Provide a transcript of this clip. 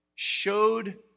showed